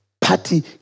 party